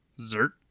Zert